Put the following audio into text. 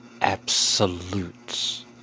absolutes